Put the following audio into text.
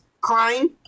crying